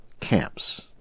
camps